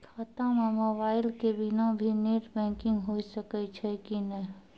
खाता म मोबाइल के बिना भी नेट बैंकिग होय सकैय छै कि नै?